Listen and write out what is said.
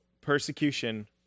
persecution